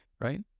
Right